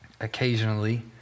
occasionally